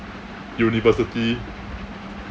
university